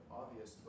obvious